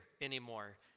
anymore